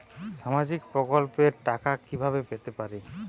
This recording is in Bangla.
সামাজিক প্রকল্পের টাকা কিভাবে পেতে পারি?